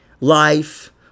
life